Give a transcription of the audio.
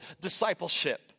discipleship